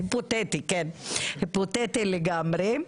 היפותטי, כן, היפותטי לגמרי.